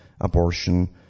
abortion